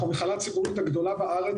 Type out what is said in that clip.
אנחנו המכללה הציבורית הגדולה בארץ,